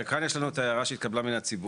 כאן יש לנו את ההערה שהתקבלה מהציבור,